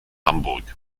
hamburg